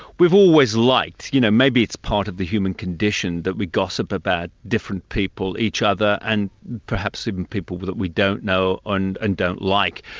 we've always liked. you know, maybe it's part of the human condition, that we gossip about different people, each other, and perhaps even people but that we don't know and and don't like.